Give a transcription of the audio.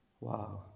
Wow